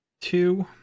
two